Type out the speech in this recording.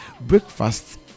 breakfast